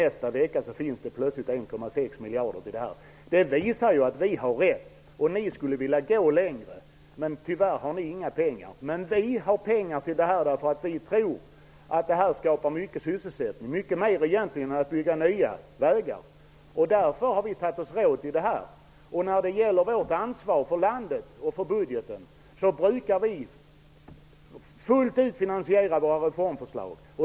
Nästa vecka finns det plötsligt 1,6 miljarder kronor. Detta visar att vi har rätt och att ni skulle vilja gå längre. Men tyvärr har ni inga pengar. Men vi har pengar till dessa satsningar. Vi tror att underhåll skapar sysselsättning -- mer sysselsättning än då nya vägar byggs. Därför har vi tagit oss råd. I fråga om ansvar för landet och budgeten brukar vi fullt ut finansiera våra reformförslag.